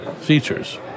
features